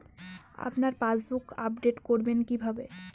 আপনার passbook update করবেন কিভাবে?